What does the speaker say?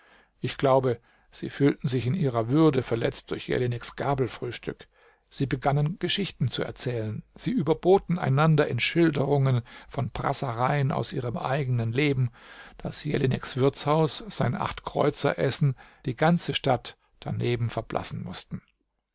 ich glaube sie fühlten sich in ihrer würde verletzt durch jelineks gabelfrühstück sie begannen geschichten zu erzählen sie überboten einander in schilderungen von prassereien aus ihrem eigenen leben daß jelineks wirtshaus sein acht kreuzer essen die ganze stadt daneben verblassen mußten